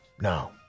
no